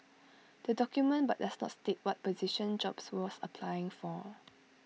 the document but does not state what position jobs was applying for